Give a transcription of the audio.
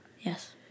Yes